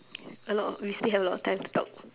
a lot of we still have a lot of time to talk